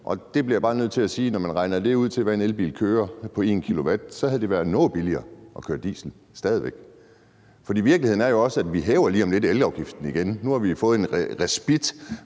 der bliver jeg bare nødt til at sige, at når man regner det ud, i forhold til hvad en elbil kører på 1 kW, havde det stadig væk været noget billigere at køre på diesel. Virkeligheden er jo også, at vi lige om lidt hæver elafgiften igen. Nu har vi fået en respit